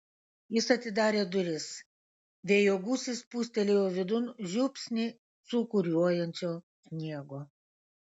jis atidarė duris vėjo gūsis pūstelėjo vidun žiupsnį sūkuriuojančio sniego